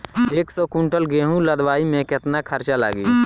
एक सौ कुंटल गेहूं लदवाई में केतना खर्चा लागी?